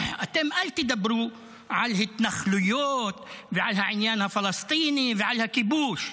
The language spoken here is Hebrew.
אתם אל תדברו על התנחלויות ועל העניין הפלסטיני ועל הכיבוש,